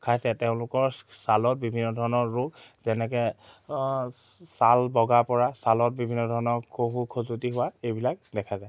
খাইছে তেওঁলোকৰ ছালত বিভিন্ন ধৰণৰ ৰোগ যেনেকে ছাল বগা পৰা ছালত বিভিন্ন ধৰণৰ খহু খজতি হোৱা এইবিলাক দেখা যায়